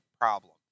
problem